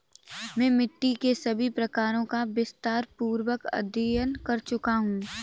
मैं मिट्टी के सभी प्रकारों का विस्तारपूर्वक अध्ययन कर चुका हूं